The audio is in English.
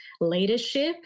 leadership